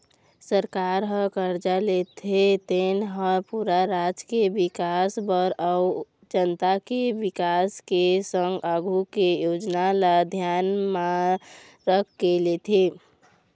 सरकार ह करजा लेथे तेन हा पूरा राज के बिकास बर अउ जनता के बिकास के संग आघु के योजना ल धियान म रखके लेथे